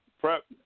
Prep